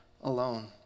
alone